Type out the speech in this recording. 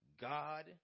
God